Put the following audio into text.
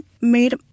made